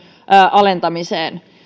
alentamiseen